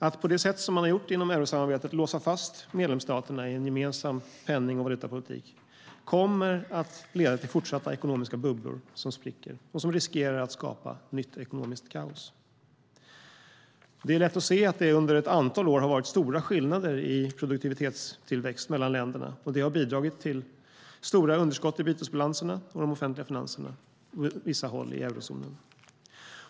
Att på det sätt man gjort inom eurosamarbetet låsa fast medlemsstaterna i en gemensam penning och valutapolitik kommer att leda till fortsatta ekonomiska bubblor som spricker och riskerar att skapa nytt ekonomiskt kaos. Det är lätt att se att det under ett antal år varit stora skillnader i produktivitetstillväxt mellan länderna. Det har bidragit till stora underskott i bytesbalanserna och de offentliga finanserna på vissa håll i eurozonen.